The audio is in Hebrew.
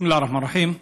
בסם אללה א-רחמאן א-רחים.